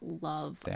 love